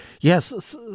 Yes